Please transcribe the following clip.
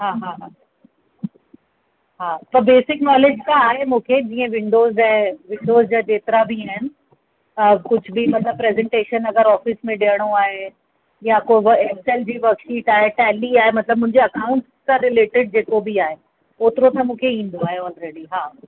हा हा हा हा त बेसिक नॉलेज त आहे मूंखे जीअं विंडोज़ आहे विंडोंज़ जा जेतिरा बि आहिनि कुझु बि मतिलब प्रजेंटेशन अगरि ऑफ़िस में ॾियणो आहे या को वर्क एक्सिल जी शीट आहे टेली आहे मतिलब मुंहिंजो अकाउंट्स सां रिलेटिड जेको बि आहे ओतिरो त मूंखे ईंदो आहे ऑलरेडी हा